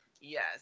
Yes